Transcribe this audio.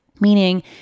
meaning